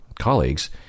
colleagues